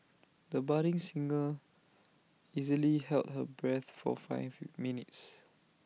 the budding singer easily held her breath for five minutes